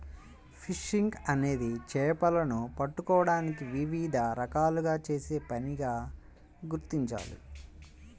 fishing అనేది చేపలను పట్టుకోవడానికి వివిధ రకాలుగా చేసే పనిగా గుర్తించాలి